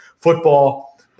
Football